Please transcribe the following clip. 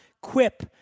Quip